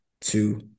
two